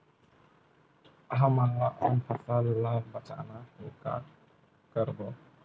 हमन ला अपन फसल ला बचाना हे का करबो?